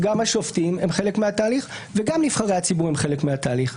גם השופטים הם חלק מהתהליך וגם נבחרי הציבור הם חלק מהתהליך.